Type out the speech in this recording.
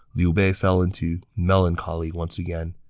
liu bei fell into melancholy once again.